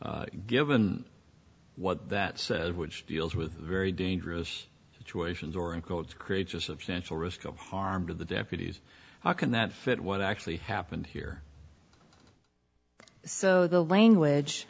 given what that says which deals with very dangerous situations or encodes creates a substantial risk of harm to the deputies and that fit what actually happened here so the language